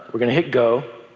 we're going to hit go,